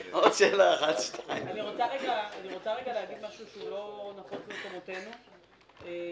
אני רוצה להגיד משהו שהוא לא נפוץ במקומותינו לפרופ'